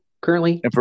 currently